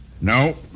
No